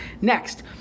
Next